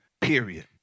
period